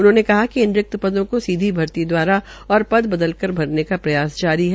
उन्होंने बताया कि इन रिक्त पदों को सीधी भर्ती दवारा और पद बदल कर भरने का प्रयास जारी है